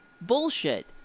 Bullshit